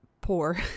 poor